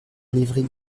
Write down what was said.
livry